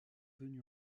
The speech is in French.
venu